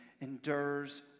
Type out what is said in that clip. endures